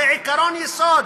זה עקרון יסוד.